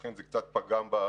ולכן זה קצת פגם ברציפות.